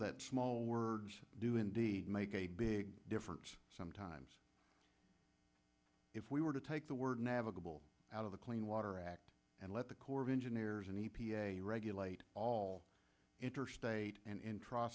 that small words do indeed make a big difference sometimes if we were to take the word navigable out of the clean water act and let the corps of engineers and e p a regulate all interstate and tr